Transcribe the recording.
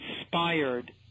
inspired